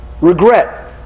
Regret